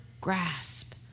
grasp